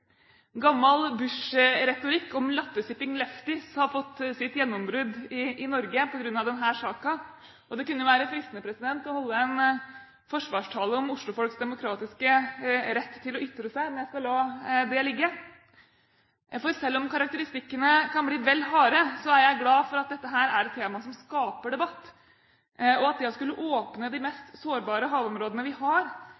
Gammel Bush-retorikk om «latte-sipping lefties» har fått sitt gjennombrudd i Norge på grunn av denne saken, og det kunne være fristende å holde en forsvarstale om Oslo-folks demokratiske rett til å ytre seg, men jeg skal la det ligge. Selv om karakteristikkene kan bli vel harde, er jeg glad for at dette er et tema som skaper debatt, og at det å skulle åpne de